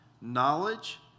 knowledge